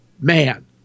man